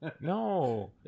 No